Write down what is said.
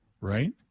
Right